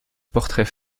portrait